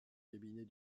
cabinet